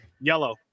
Yellow